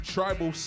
Tribal